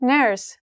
Nurse